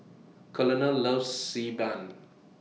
Colonel loves Si Ban